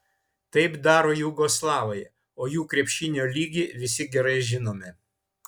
taip daro jugoslavai o jų krepšinio lygį visi gerai žinome